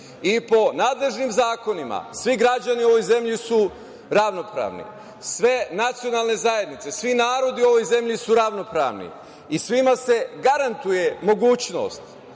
i po nadležnim zakonima, svi građani u ovo zemlji su ravnopravni, sve nacionalne zajednice, svi narodi u ovoj zemlji su ravnopravni i svima se garantuje mogućnost,